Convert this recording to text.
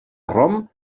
rom